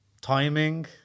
timing